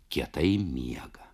kietai miega